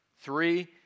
Three